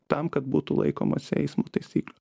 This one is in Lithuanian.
tam kad būtų laikomasi eismo taisyklių